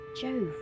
Jove